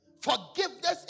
Forgiveness